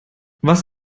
was